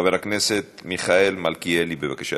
מס' 5399. חבר הכנסת מיכאל מלכיאלי, בבקשה,